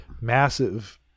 massive